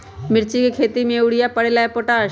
मिर्ची के खेती में यूरिया परेला या पोटाश?